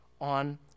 on